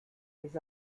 les